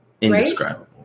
Indescribable